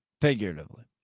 Figuratively